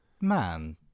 man